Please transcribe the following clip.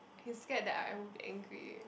he's scared that I would be angry